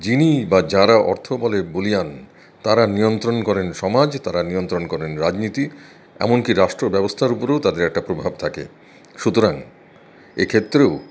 যিনি বা যারা অর্থবলে বলীয়ান তারা নিয়ন্ত্রণ করেন সমাজ তারা নিয়ন্ত্রণ করেন রাজনীতি এমনকি রাষ্ট্রব্যবস্থার উপরেও তাদের একটা প্রভাব থাকে সুতরাং এক্ষেত্রেও